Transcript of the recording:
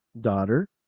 daughter